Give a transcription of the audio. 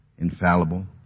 infallible